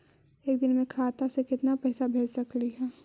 एक दिन में खाता से केतना पैसा भेज सकली हे?